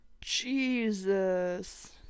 Jesus